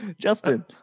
Justin